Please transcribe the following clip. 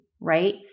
Right